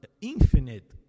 infinite